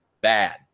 bad